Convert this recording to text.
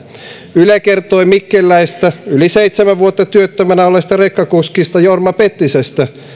yle kertoi mikkeliläisestä yli seitsemän vuotta työttömänä olleesta rekkakuskista jorma pettisestä